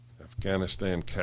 Afghanistan